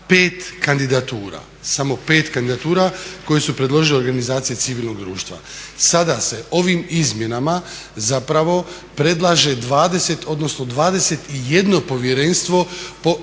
5 kandidatura, samo 5 kandidatura koje su predložile Organizacije civilnog društva. Sada se ovim izmjenama zapravo predlaže 20 odnosno 21 povjerenstvo po